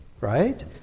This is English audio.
right